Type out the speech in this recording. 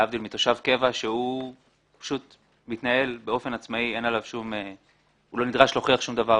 להבדיל מתושב קבע שמתנהל באופן עצמאי ולא נדרש להוכיח שום דבר.